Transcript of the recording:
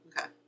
Okay